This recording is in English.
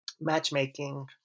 matchmaking